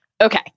Okay